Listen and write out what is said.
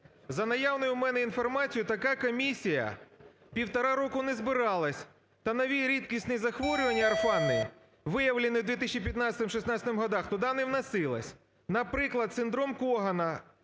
За наявною у мене інформацією така комісія півтора року не збиралася, та нові рідкісні захворювання орфанні, виявлені в 2015-16 годах, туди не вносились. Наприклад, синдром Когана,